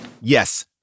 Yes